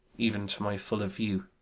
even to my full of view.